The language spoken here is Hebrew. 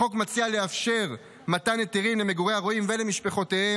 החוק מציע לאפשר מתן היתרים למגורי הרועים ולמשפחותיהם